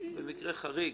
זה מקרה חריג,